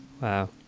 wow